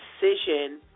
decision